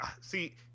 see